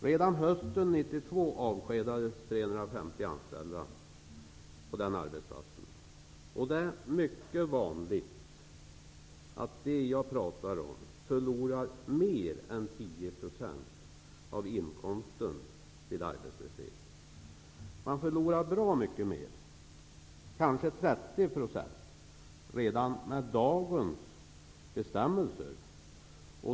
Redan hösten 1992 avskedades 350 anställda på denna arbetsplats. Det är mycket vanligt att de jag talar om förlorar mer är 10 % av inkomsten vid arbetslöshet. Man förlorar bra mycket mer, kanske 30 % redan med dagens bestämmelser.